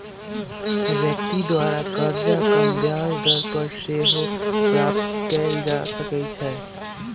व्यक्ति द्वारा करजा कम ब्याज दर पर सेहो प्राप्त कएल जा सकइ छै